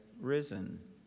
risen